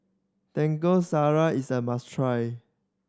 Taco is a must try